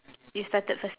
you started first